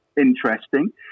interesting